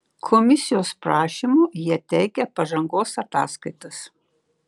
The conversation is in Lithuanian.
komisijos prašymu jie teikia pažangos ataskaitas